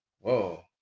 Whoa